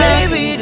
Baby